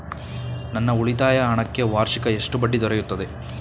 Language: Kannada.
ನನ್ನ ಉಳಿತಾಯ ಹಣಕ್ಕೆ ವಾರ್ಷಿಕ ಎಷ್ಟು ಬಡ್ಡಿ ದೊರೆಯುತ್ತದೆ?